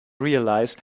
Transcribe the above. realize